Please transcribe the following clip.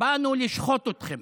באנו לשחוט אתכם,